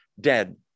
dead